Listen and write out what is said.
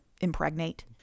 impregnate